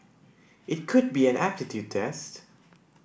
it could be an aptitude test